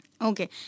Okay